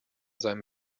seinem